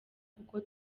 kuko